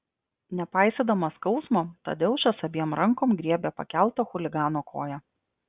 nepaisydamas skausmo tadeušas abiem rankom griebė pakeltą chuligano koją